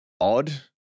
odd